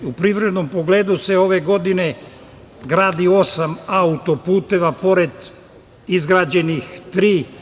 U privrednom pogledu se ove godine gradi osam autoputeva pored izgrađenih tri.